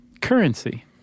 Currency